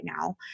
now